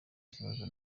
kibazo